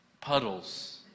puddles